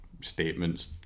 statements